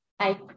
Hi